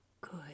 good